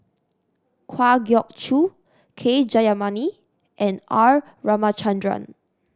Kwa Geok Choo K Jayamani and R Ramachandran